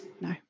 No